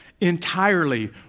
entirely